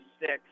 six